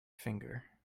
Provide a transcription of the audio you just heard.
finger